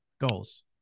goals